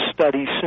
Studies